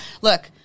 Look